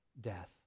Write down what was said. death